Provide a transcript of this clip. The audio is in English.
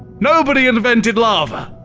nobody invented lava!